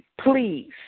Please